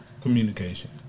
Communication